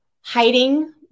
Hiding